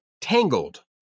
Tangled